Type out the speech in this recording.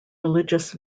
religious